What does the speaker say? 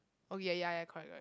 oh ya ya ya correct correct